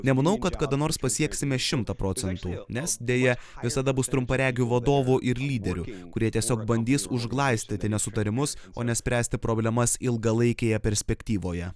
nemanau kad kada nors pasieksimešimtą procentų nes deja visada bus trumparegių vadovų ir lyderių kurie tiesiog bandys užglaistyti nesutarimus o ne spręsti problemas ilgalaikėje perspektyvoje